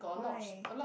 why